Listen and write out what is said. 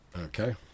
okay